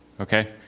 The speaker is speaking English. okay